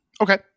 Okay